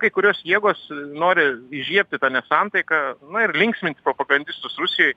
kai kurios jėgos nori įžiebti nesantaiką na ir linksminti propagandistus rusijoj